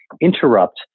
interrupt